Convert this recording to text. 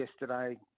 yesterday